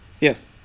Yes